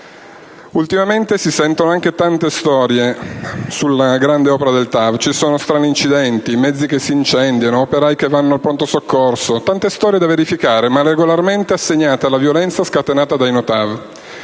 Ultimamente si sentono anche tante storie sulla grande opera del TAV: ci sono strani incidenti, mezzi che si incendiano, operai che vanno al pronto soccorso. Tante storie da verificare, ma regolarmente assegnate alla violenza scatenata dai "no TAV".